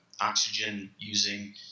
oxygen-using